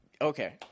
Okay